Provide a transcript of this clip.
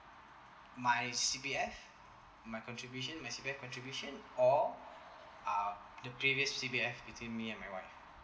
my C_P_F my contribution my C_P_F contribution or uh the previous C_P_F between me and my wife